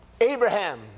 abraham